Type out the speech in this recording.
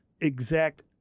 exact